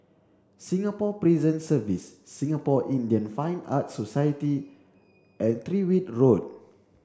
Singapore Prison Service Singapore Indian Fine Arts Society and Tyrwhitt Road